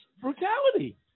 brutality